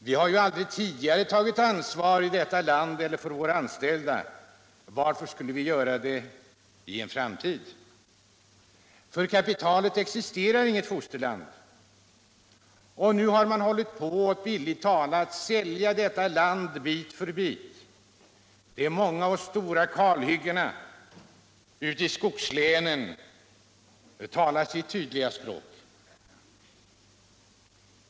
Vi har ju aldrig tidigare tagit ansvar för våra anställda — varför skulle vi göra det i en framtid?” För kapitalet existerar inget fosterland. Nu har man, bildligt talat, hållit på med att sälja detta land bit för bit. De många och stora kalhyggena ute i skogslänen talar sitt tydliga språk.